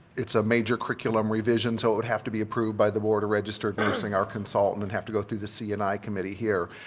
it's a major curriculum revision so it would have to be approved by the board of registered nursing, our consultant, and have to go through the c and i committee here.